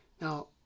Now